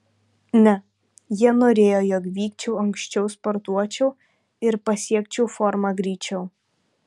ne jie norėjo jog vykčiau anksčiau sportuočiau ir pasiekčiau formą greičiau